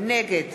נגד